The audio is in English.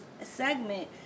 segment